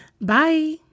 Bye